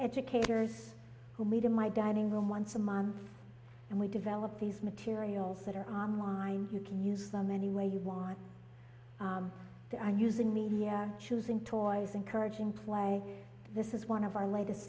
educators who meet in my dining room once a month and we develop these materials that are online you can use them any way you want using media choosing toys encouraging play this is one of our latest